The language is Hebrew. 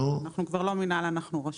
אנחנו כבר לא מינהל, אנחנו רשות.